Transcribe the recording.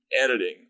editing